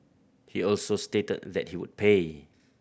he also stated that he would pay